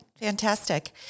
Fantastic